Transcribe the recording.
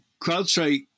CrowdStrike